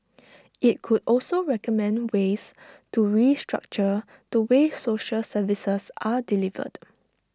IT could also recommend ways to restructure the way social services are delivered